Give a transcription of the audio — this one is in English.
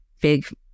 big